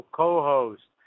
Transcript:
co-host